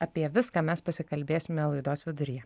apie viską mes pasikalbėsime laidos viduryje